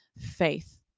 faith